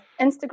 instagram